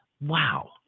Wow